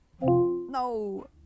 No